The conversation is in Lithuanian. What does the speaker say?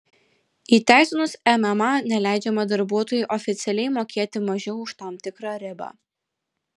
įteisinus mma neleidžiama darbuotojui oficialiai mokėti mažiau už tam tikrą ribą